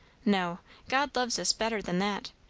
no god loves us better than that.